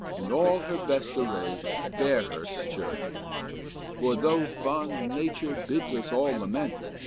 in all her best array bear her to church for though fond nature bids us all lament,